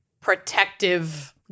protective